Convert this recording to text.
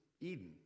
Eden